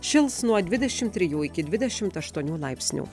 šils nuo dvidešimt trijų iki dvidešimt aštuonių laipsnių